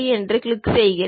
சரி என்பதைக் கிளிக் செய்க